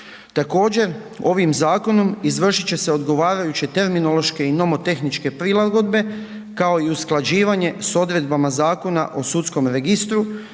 Također, ovim zakonom izvršit će se odgovarajuće terminološke i mnemotehničke prilagodbe, kao i usklađivanje s odredbama Zakona o sudskom registru,